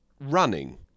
running